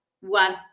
one